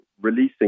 releasing